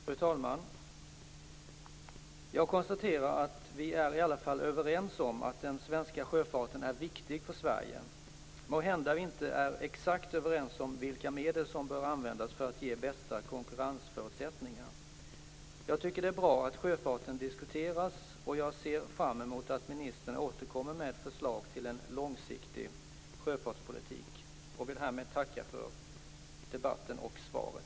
Fru talman! Jag konstaterar att vi i alla fall är överens om att den svenska sjöfarten är viktig för Sverige. Måhända är vi inte exakt överens om vilka medel som bör användas för att ge bästa konkurrensförutsättningar. Jag tycker att det är bra att sjöfarten diskuteras och jag ser fram emot att ministern återkommer med förslag till en långsiktig sjöfartspolitik. Jag vill härmed tacka för debatten och svaret.